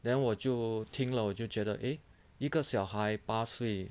then 我就听了我就觉得 eh 一个小孩八岁